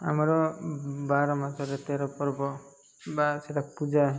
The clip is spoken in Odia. ଆମର ବାର ମାସରେ ତେର ପର୍ବ ବା ସେଇଟା ପୂଜା